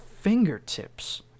fingertips